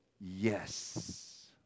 yes